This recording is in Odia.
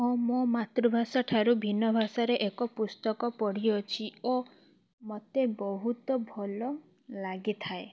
ହଁ ମୋ ମାତୃଭାଷା ଠାରୁ ଭିନ୍ନ ଭାଷାରେ ଏକ ପୁସ୍ତକ ପଢ଼ିଅଛି ଓ ମୋତେ ବହୁତ ଭଲ ଲାଗିଥାଏ